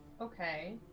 Okay